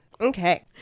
Okay